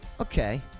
okay